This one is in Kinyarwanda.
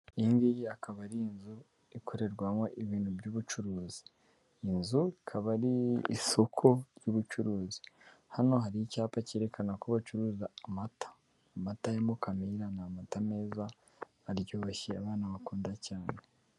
Iyi ngiyi akaba ari inzu ikorerwamo ibintu by'ubucuruzi, iyi nzu ikaba ari isoko ry'ubucuruzi, hano hari icyapa cyerekana ko bacuruza amata, amata ya Mukamira ni amata meza aryoshye abana bakunda cyane.